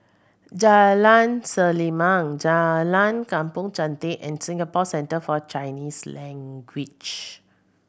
Jalan Selimang Jalan Kampong Chantek and Singapore Centre For Chinese Language